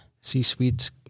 C-suite